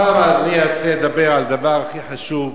הפעם אני רוצה לדבר על הדבר הכי חשוב,